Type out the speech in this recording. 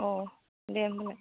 अ दे होमब्लालाय